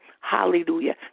Hallelujah